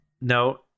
No